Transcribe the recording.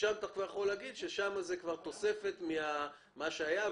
ששם אתה יכול להגיד שזו תוספת על מה שהיה.